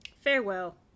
farewell